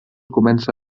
comença